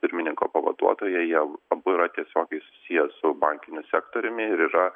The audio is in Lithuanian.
pirmininko pavaduotoja jie abu yra tiesiogiai susiję su bankiniu sektoriumi ir yra